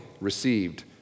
received